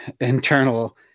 internal